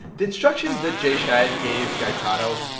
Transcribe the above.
the instructions that jay chiat gave gaetano,